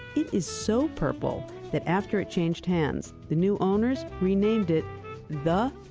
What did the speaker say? it is so purple that after it changed hands, the new owners renamed it the.